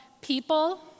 people